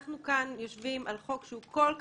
אנחנו כאן יושבים על חוק שהוא כל כך,